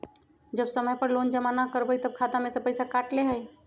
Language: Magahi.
जब समय पर लोन जमा न करवई तब खाता में से पईसा काट लेहई?